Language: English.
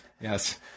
Yes